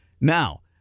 Now